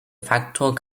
faktor